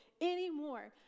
anymore